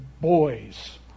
boys